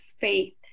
faith